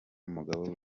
umugabo